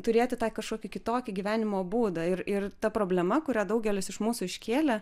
turėti tą kažkokį kitokį gyvenimo būdą ir ir ta problema kurią daugelis iš mūsų iškėlė